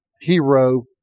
hero